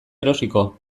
erosiko